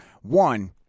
One